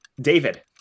David